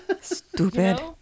Stupid